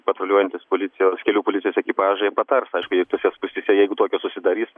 patruliuojantys policijos kelių policijos ekipažai patars aišku jei tose spūstyse jeigu tokios susidarys